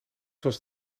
was